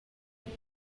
name